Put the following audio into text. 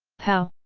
pow!